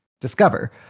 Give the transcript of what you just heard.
discover